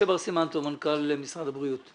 מנכ"ל משרד הבריאות.